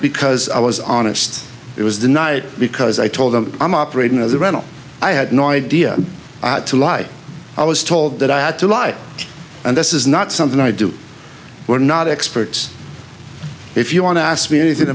because i was honest it was denied because i told them i'm operating as a rental i had no idea to lie i was told that i had to lie and this is not something i do we're not experts if you want to ask me anything